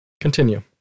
Continue